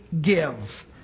give